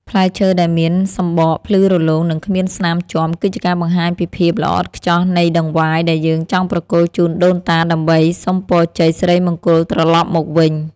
ផ្លែឈើដែលមានសម្បកភ្លឺរលោងនិងគ្មានស្នាមជាំគឺជាការបង្ហាញពីភាពល្អឥតខ្ចោះនៃដង្វាយដែលយើងចង់ប្រគល់ជូនដូនតាដើម្បីសុំពរជ័យសិរីមង្គលត្រឡប់មកវិញ។